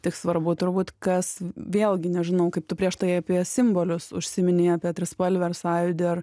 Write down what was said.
tik svarbu turbūt kas vėlgi nežinau kaip tu prieš tai apie simbolius užsiminei apie trispalvę ar sąjūdį ar